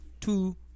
two